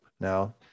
Now